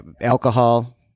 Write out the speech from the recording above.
alcohol